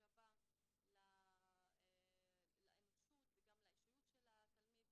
רבה לאנושות וגם לאישיות של התלמיד,